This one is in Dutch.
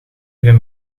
even